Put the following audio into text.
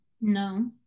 No